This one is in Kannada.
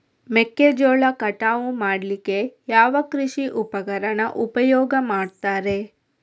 ಮೆಕ್ಕೆಜೋಳ ಕಟಾವು ಮಾಡ್ಲಿಕ್ಕೆ ಯಾವ ಕೃಷಿ ಉಪಕರಣ ಉಪಯೋಗ ಮಾಡ್ತಾರೆ?